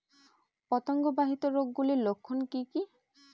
পতঙ্গ বাহিত রোগ গুলির লক্ষণ কি কি?